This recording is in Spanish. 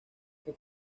que